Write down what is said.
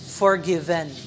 forgiven